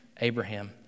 Abraham